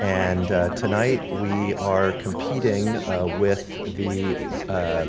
and tonight, we are competing with the